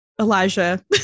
elijah